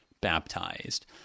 baptized